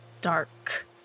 dark